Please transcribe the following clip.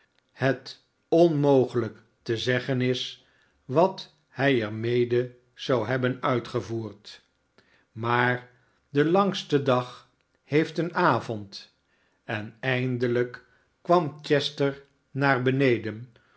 het onmogelijk te zeggen is wat hij er mede zou hebben uitgevoerd maar de langste dag heeft een avond en eindelijk kwam chester naar beneden